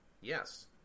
Yes